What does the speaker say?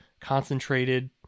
concentrated